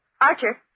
Archer